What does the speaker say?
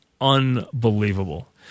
unbelievable